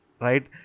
right